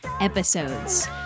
episodes